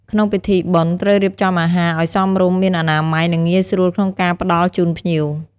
ក្នុងពិធីបុណ្យ ត្រូវរៀបចំអាហារឲ្យសមរម្យមានអនាម័យ និងងាយស្រួលក្នុងការផ្តល់ជូនភ្ញៀវ។